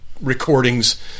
recordings